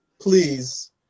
Please